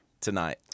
tonight